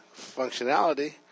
functionality